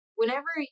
whenever